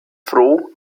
froh